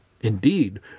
Indeed